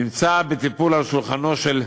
נמצא בטיפול על שולחנו של,